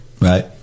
Right